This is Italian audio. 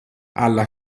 alla